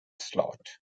slot